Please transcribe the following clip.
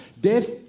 Death